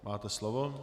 Máte slovo.